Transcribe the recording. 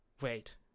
wait